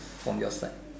from your side